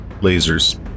lasers